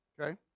Okay